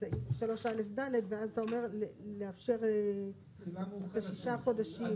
בסעיף 3 א' ד' ואז אתה אומר לאפשר לששה חודשים.